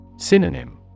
Synonym